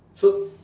so